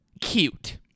Cute